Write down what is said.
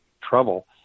trouble